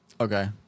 Okay